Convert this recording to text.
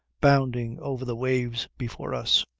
bounding over the waves before us.